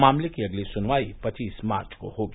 मामले की अगली स्नवाई पचीस मार्च को होगी